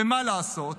ומה לעשות,